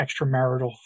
extramarital